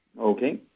Okay